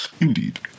Indeed